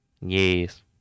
Yes